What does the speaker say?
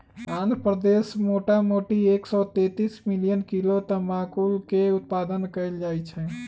आंध्र प्रदेश मोटामोटी एक सौ तेतीस मिलियन किलो तमाकुलके उत्पादन कएल जाइ छइ